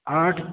آٹھ